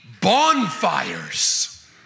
bonfires